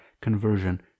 conversion